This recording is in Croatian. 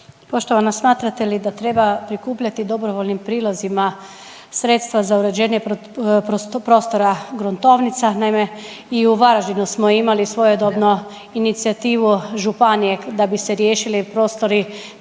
Poštovana smatrate li da treba prikupljati dobrovoljnim prilozima sredstva za uređenje prostora gruntovnica? Naime, i u Varaždinu smo imali svojedobno inicijativu županije da bi se riješili prostori gruntovnice